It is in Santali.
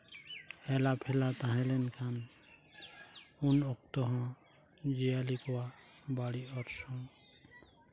ᱮᱞᱟ ᱯᱷᱮᱞᱟ ᱛᱟᱦᱮᱸ ᱞᱮᱱᱠᱷᱟᱱ ᱩᱱ ᱚᱠᱛᱚ ᱦᱚᱸ ᱡᱤᱭᱟᱹᱞᱤ ᱠᱚᱣᱟᱜ ᱵᱟᱹᱲᱤᱡ ᱚᱨᱥᱚᱝ